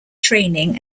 training